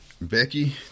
Becky